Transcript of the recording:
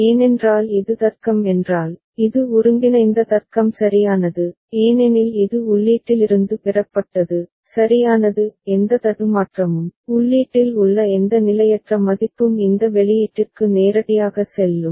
ஏனென்றால் இது தர்க்கம் என்றால் இது ஒருங்கிணைந்த தர்க்கம் சரியானது ஏனெனில் இது உள்ளீட்டிலிருந்து பெறப்பட்டது சரியானது எந்த தடுமாற்றமும் உள்ளீட்டில் உள்ள எந்த நிலையற்ற மதிப்பும் இந்த வெளியீட்டிற்கு நேரடியாக செல்லும்